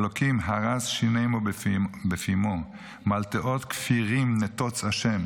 אלֹהים הרס שִׁנֵּימוֹ בְּפִימוֹ מַלתעות כפירים נתֹץ ה'.